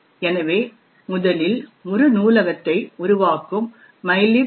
எனவே முதலில் ஒரு நூலகத்தை உருவாக்கும் mylib